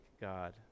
God